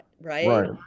right